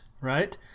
right